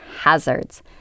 hazards